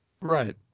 Right